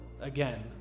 again